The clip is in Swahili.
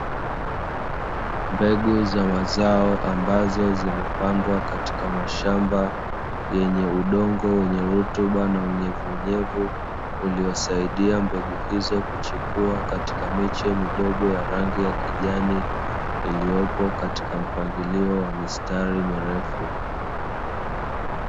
Mbegu za mazao ambazo zimepandwa katika mashamba yenye udongo wenye rutuba na unyevu unyevu, uliosaidia mbegu hizo kuchipua katika miche midogo ya rangi ya kijani, iliyopo katika mpangilio wa mistari mirefu.